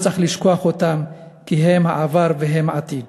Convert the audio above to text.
לא צריך לשכוח אותם, כי הם העבר והם העתיד.